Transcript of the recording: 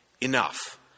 Enough